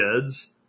kids